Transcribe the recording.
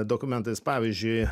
dokumentais pavyzdžiui